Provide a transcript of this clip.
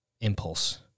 impulse